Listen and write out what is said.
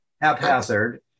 Haphazard